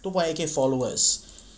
two point eight K followers